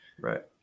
right